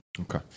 Okay